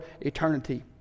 eternity